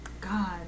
god